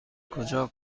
کجا